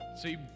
See